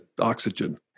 oxygen